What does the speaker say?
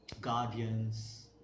guardians